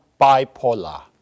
bipolar